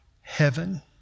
heaven